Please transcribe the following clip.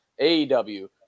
AEW